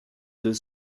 deux